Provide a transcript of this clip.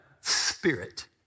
Spirit